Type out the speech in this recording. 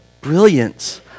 brilliance